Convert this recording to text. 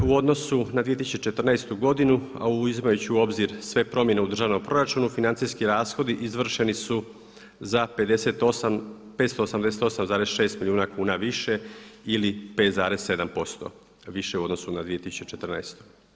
U odnosu na 2014. godinu a u uzimajući u obzir sve promjene u državnom proračunu financijski rashodi izvršeni su za 588,6 milijuna kuna više ili 5,7% više u odnosu na 2014.